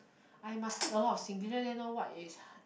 I must speak a lot of singlish let them know what is